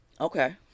Okay